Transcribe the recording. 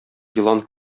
елан